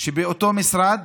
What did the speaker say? שבאותו משרד